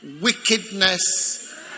wickedness